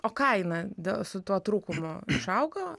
o kaina dėl su tuo trūkumu išaugo